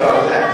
טוב,